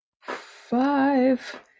Five